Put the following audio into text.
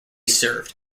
served